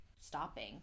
stopping